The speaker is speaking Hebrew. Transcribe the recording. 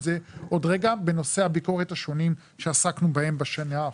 זה עוד רגע בנושאי הביקורת השונים שעסקנו בהם בשנה החולפת.